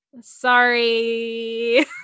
Sorry